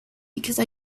because